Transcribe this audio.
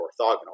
orthogonal